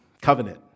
covenant